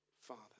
father